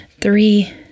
three